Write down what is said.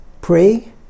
pray